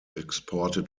exported